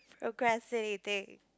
procrastinating